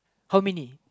how many